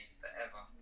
forever